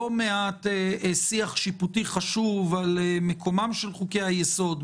מעט שיח שיפוטי חשוב על מקומם של חוקי-היסוד,